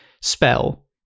spell